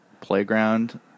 playground